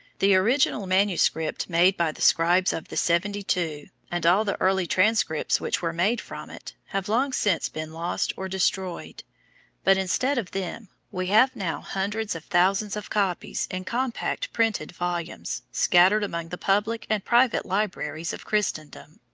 the original manuscript made by the scribes of the seventy-two, and all the early transcripts which were made from it, have long since been lost or destroyed but, instead of them, we have now hundreds of thousands of copies in compact printed volumes, scattered among the public and private libraries of christendom.